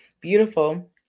Beautiful